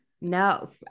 No